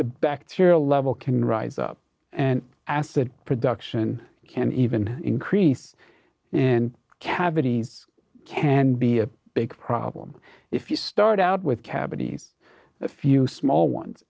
bacteria level can rise up and acid production can even increase and cavities can be a big problem if you start out with cavity a few small ones